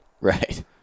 right